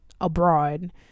abroad